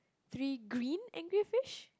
three green angry fish